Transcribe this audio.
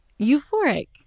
euphoric